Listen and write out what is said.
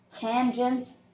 Tangents